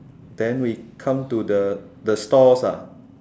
then we come to the the stalls ah